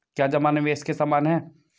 क्या जमा निवेश के समान है?